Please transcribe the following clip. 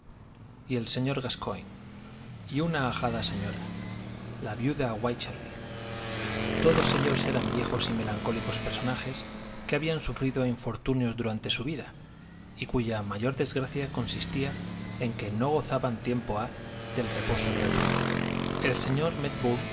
y el señor gascoigne y una ajada señora la viuda wycherly todos ellos eran viejos y melancólicos personajes que habían sufrido infortunios durante su vida y cuya mayor desgracia consistía en que no gozaban tiempo ha del reposo de la tumba el señor